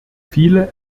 viele